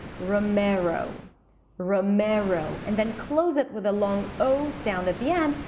romero romero and then close it with a long ow sound at the end.